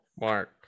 Mark